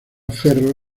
ferro